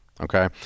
Okay